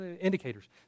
indicators